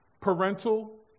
parental